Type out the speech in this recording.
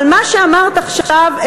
אבל מה שאמרת עכשיו,